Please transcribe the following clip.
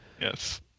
Yes